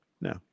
No